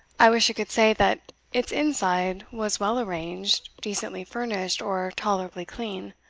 i wish i could say that its inside was well arranged, decently furnished, or tolerably clean.